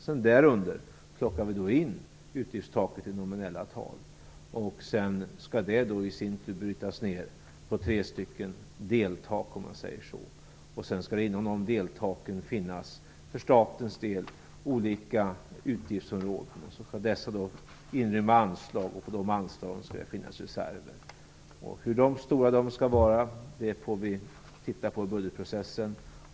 Sedan fastställer vi utgiftstaket i nominella tal, vilket i sin tur skall brytas ner till tre stycken deltak. Inom dessa deltak skall det finnas för statens del olika utgiftsområden som skall inrymma anslag och reserver. Hur stora de skall vara får vi titta på i budgetprocessen.